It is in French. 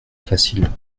facile